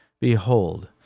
Behold